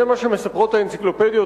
זה מה שמספרות האנציקלופדיות,